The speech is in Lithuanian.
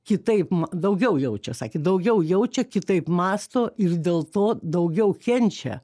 kitaip ma daugiau jaučia sakė daugiau jaučia kitaip mąsto ir dėl to daugiau kenčia